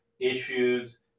issues